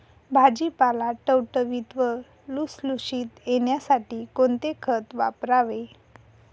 भाजीपाला टवटवीत व लुसलुशीत येण्यासाठी कोणते खत वापरावे?